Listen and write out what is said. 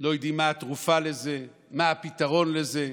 לא יודעים מה התרופה לזה, מה הפתרון לזה.